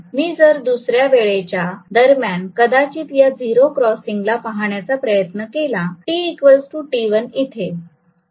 मी जर दुसऱ्या वेळेच्या दरम्यान कदाचित या झिरो क्रॉसिंग ला पाहण्याचा प्रयत्न केला t t1 इथे